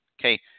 Okay